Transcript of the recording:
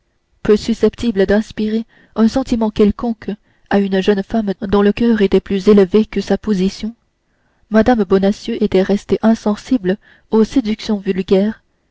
peu susceptibles d'inspirer un sentiment quelconque à une jeune femme dont le coeur était plus élevé que sa position mme bonacieux était restée insensible aux séductions vulgaires